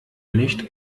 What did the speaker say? nicht